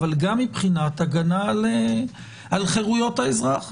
אבל גם מבחינת הגנה על חירויות האזרח.